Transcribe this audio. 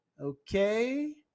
Okay